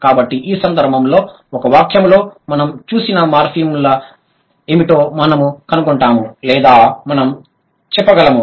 కాబట్టి ఈ సందర్భంలో ఒక వాక్యంలో మనం చూసే మార్ఫిమ్లు ఏమిటో మనము కనుగొంటాము లేదా మనం చెప్పగలము